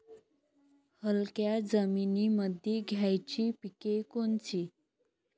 हलक्या जमीनीमंदी घ्यायची पिके कोनची?